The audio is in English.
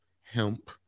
hemp